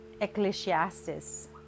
Ecclesiastes